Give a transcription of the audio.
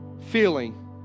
feeling